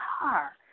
car